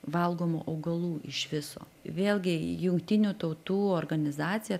valgomų augalų iš viso vėlgi jungtinių tautų organizacija